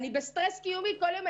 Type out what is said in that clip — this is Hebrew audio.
אני בסטרס קיומי כל יום,